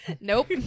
Nope